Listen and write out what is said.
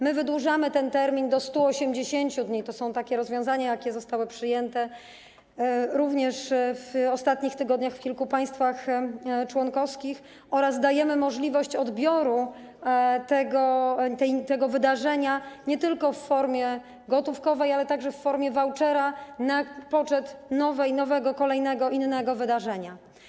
My wydłużamy ten termin do 180 dni - to są takie rozwiązania, jakie zostały przyjęte również w ostatnich tygodniach w kilku państwach członkowskich - oraz dajemy możliwość zwrotu kosztów tego wydarzenia nie tylko w formie gotówkowej, ale także w formie vouchera na poczet nowego, innego wydarzenia.